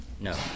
No